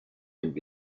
nimmt